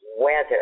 weather